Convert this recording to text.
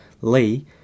Lee